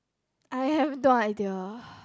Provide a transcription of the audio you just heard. I have no idea